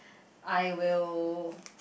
I will